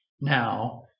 now